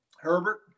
Herbert